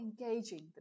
engaging